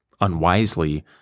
unwisely